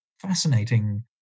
Fascinating